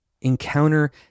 encounter